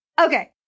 Okay